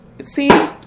See